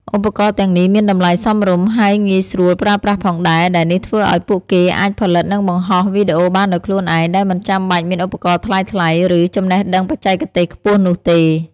ឧបករណ៍ទាំងនេះមានតម្លៃសមរម្យ ហើយងាយស្រួលប្រើប្រាស់ផងដែរ ដែលនេះធ្វើឲ្យពួកគេអាចផលិត និងបង្ហោះវីដេអូបានដោយខ្លួនឯង ដោយមិនចាំបាច់មានឧបករណ៍ថ្លៃៗ ឬចំណេះដឹងបច្ចេកទេសខ្ពស់នោះទេ។